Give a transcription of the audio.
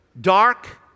dark